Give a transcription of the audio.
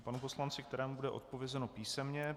Panu poslanci bude odpovězeno písemně.